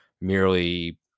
merely